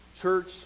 church